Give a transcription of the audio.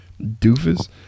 doofus